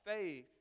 faith